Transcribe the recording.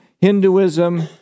Hinduism